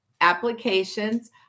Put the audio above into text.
Applications